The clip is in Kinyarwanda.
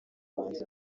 abahanzi